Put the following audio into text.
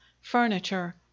furniture